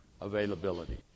availability